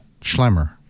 Schlemmer